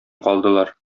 калдылар